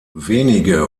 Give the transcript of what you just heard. wenige